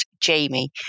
Jamie